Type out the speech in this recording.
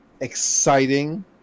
exciting